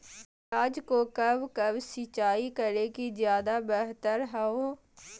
प्याज को कब कब सिंचाई करे कि ज्यादा व्यहतर हहो?